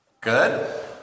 Good